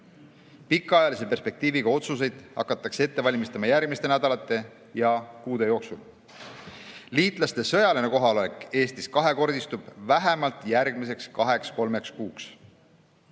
Pikaajalise perspektiiviga otsuseid hakatakse ette valmistama järgmiste nädalate ja kuude jooksul. Liitlaste sõjaline kohalolek Eestis kahekordistub vähemalt järgmiseks kaheks-kolmeks kuuks.